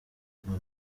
mama